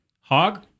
hog